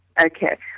Okay